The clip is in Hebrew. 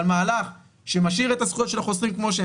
אבל מהלך שמשאיר את הזכויות של החוסכים כמו שהן